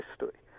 history